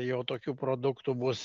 jau tokių produktų bus